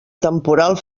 temporal